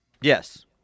Yes